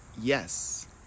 Yes